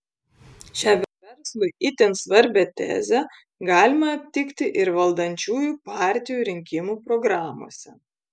šią verslui itin svarbią tezę galima aptikti ir valdančiųjų partijų rinkimų programose